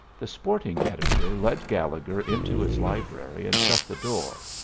the sporting editor led gallegher into his library and shut the door.